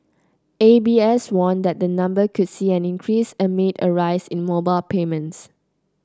A B S warned that the number could see an increase amid a rise in mobile payments